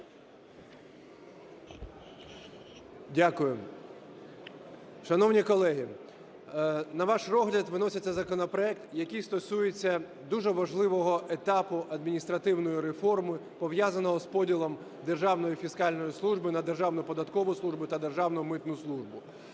Дякую. Шановні колеги, на ваш розгляд виноситься законопроект, який стосується дуже важливого етапу адміністративної реформи, пов'язаної з поділом Державної фіскальної служби на Державну податкову службу та Державну митну службу.